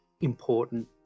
important